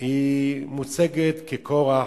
מוצגת ככורח.